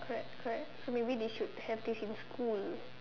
correct correct so maybe they should have this in school